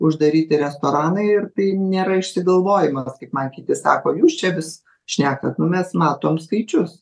uždaryti restoranai ir tai nėra išsigalvojimas kaip man kiti sako jūs čia vis šnekant nu mes matom skaičius